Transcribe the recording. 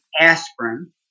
aspirin